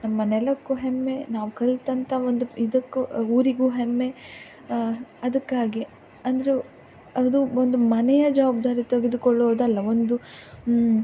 ನಮ್ಮ ನೆಲಕ್ಕೂ ಹೆಮ್ಮೆ ನಾವು ಕಲ್ತಂಥ ಒಂದು ಇದಕ್ಕೂ ಊರಿಗೂ ಹೆಮ್ಮೆ ಅದಕ್ಕಾಗಿ ಅಂದರೆ ಅದು ಒಂದು ಮನೆಯ ಜವಾಬ್ದಾರಿ ತೆಗೆದುಕೊಳ್ಳುವುದಲ್ಲ ಒಂದು